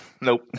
nope